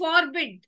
forbid